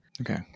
Okay